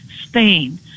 spain